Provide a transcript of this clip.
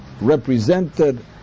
represented